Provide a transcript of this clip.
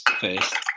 first